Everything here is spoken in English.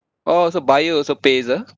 oh so buyer also pays ah